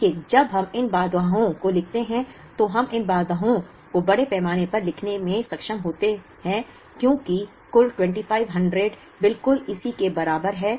लेकिन जब हम इन बाधाओं को लिखते हैं तो हम इन बाधाओं को बड़े पैमाने पर लिखने में सक्षम होते हैं क्योंकि कुल 2500 बिल्कुल इसी के बराबर हैं